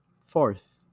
Fourth